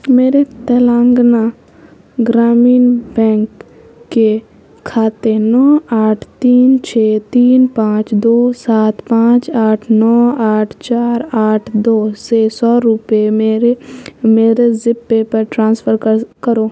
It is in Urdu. میرے تلنگانہ گرامین بینک کے کھاتے نو آٹھ تین چھ تین پانچ دو سات پانچ آٹھ نو آٹھ چار آٹھ دو سے سو روپے میرے میرے زپ پے پر ٹرانسفر کرو